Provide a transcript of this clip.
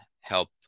help